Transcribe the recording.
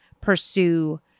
pursue